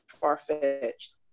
far-fetched